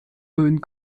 und